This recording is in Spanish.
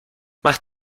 más